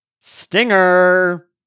stinger